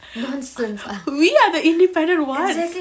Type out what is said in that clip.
we are the independent ones